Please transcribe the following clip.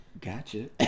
gotcha